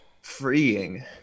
freeing